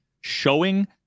showing